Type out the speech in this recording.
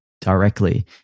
directly